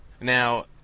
Now